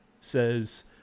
says